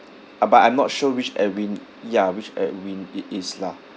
uh but I'm not sure which edwin ya which edwin it is lah